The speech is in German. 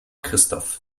christoph